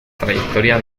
trayectoria